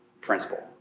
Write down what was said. principle